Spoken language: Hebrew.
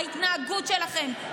ההתנהגות שלכם.